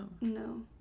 No